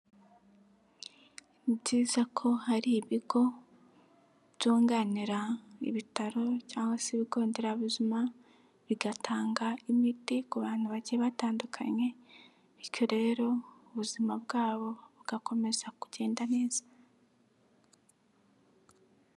Ni byiza ko hari ibigo byunganira ibitaro cyangwa se ibigo nderabuzima bigatanga imiti ku bantu bake batandukanye bityo rero ubuzima bwabo bugakomeza kugenda neza.